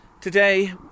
Today